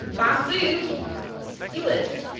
and bamboo skewers,